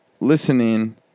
listening